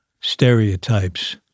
stereotypes